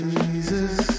Jesus